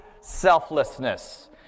selflessness